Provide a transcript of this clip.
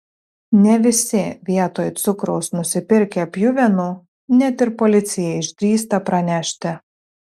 ne visi vietoj cukraus nusipirkę pjuvenų net ir policijai išdrįsta pranešti